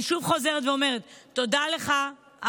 אני חוזרת ואומרת: תודה לך,